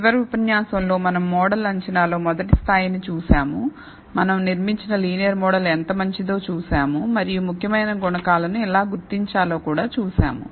చివరి ఉపన్యాసంలో మనం మోడల్ అంచనాలో మొదటి స్థాయిని చూశాము మనం నిర్మించిన లీనియర్ మోడల్ ఎంత మంచిదో చూశాము మరియు ముఖ్యమైన గుణకాలను ఎలా గుర్తించాలో కూడా చూశాము